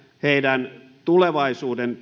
heidän tulevaisuuden